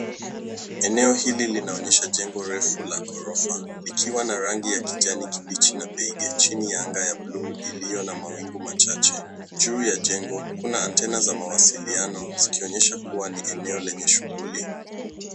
Eneo hili linaonyesha jengo refu la ghorofa likiwa na rangi ya kijani kibichi na beige chini ya anga ya buluu iliyo na mawingu machache. Juu ya jengo kuna antena za mawasiliano zikionyesha kuwa ni eneo lenye shuguli.